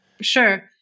Sure